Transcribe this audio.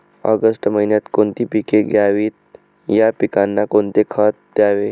August महिन्यात कोणती पिके घ्यावीत? या पिकांना कोणते खत द्यावे?